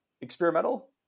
experimental